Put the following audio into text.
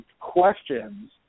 questions